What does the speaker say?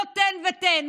לא תן ותן.